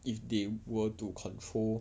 if they were to control